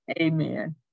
Amen